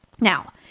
Now